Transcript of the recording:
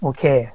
Okay